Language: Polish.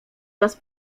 was